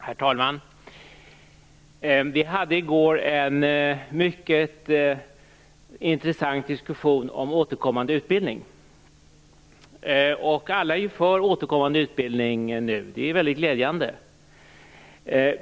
Herr talman! Vi hade i går en mycket intressant diskussion om återkommande utbildning. Alla är nu för återkommande utbildning, och det är väldigt glädjande.